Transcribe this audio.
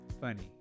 funny